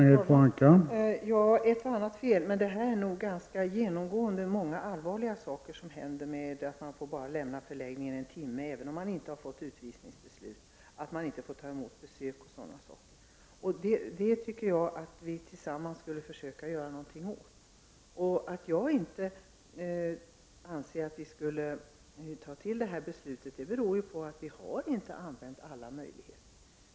Herr talman! Ja, ett och annat fel. Men det är genomgående allvarliga saker som händer, t.ex. att man får vara borta från förläggningen endast under en timme, även om man inte har fått ett utvisningsbeslut, att man inte får ta emot besök osv. Jag tycker att vi tillsammans skall försöka göra något åt detta. Jag tycker inte att vi skulle fatta detta beslut, eftersom jag anser att vi inte har utnyttjat alla möjligheter.